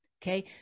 Okay